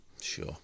Sure